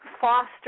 foster